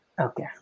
Okay